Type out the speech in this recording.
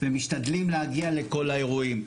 ומשתדלים להגיע לכל האירועים.